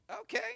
okay